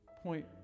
point